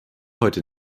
heute